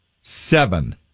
Seven